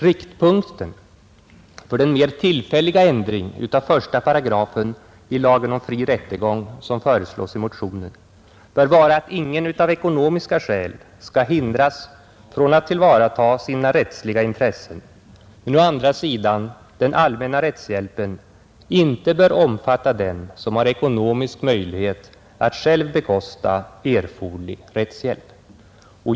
Riktpunkten för den mer tillfälliga ändring av 1 § lagen om fri rättegång som vi föreslår bör vara att ingen av ekonomiska skäl skall hindras från att tillvarata sina rättsliga intressen men att å andra sidan den allmänna rättshjälpen inte bör omfatta den som har ekonomisk möjlighet att själv bekosta erforderlig rättshjälp.